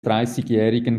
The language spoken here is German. dreißigjährigen